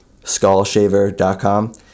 Skullshaver.com